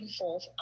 involve